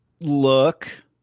look